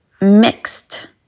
mixed